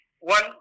one